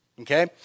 Okay